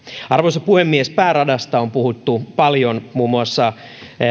arvoisa puhemies pääradasta on puhuttu paljon muun muassa